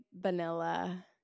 vanilla